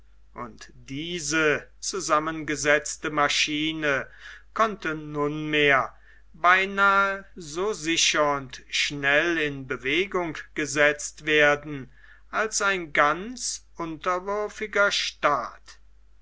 und diese zusammengesetzte maschine konnte nunmehr beinahe so sicher und schnell in bewegung gesetzt werden als ein ganz unterwürfiger staat